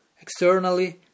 externally